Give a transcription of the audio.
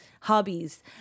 hobbies